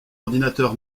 ordinateur